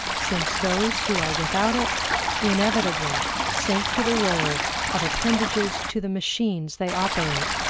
since those who are without it inevitably sink to the role of appendages to the machines they operate.